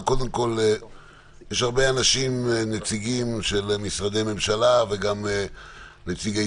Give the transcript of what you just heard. יש הרבה נציגים של משרדי ממשלה וגם נציגי